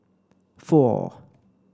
four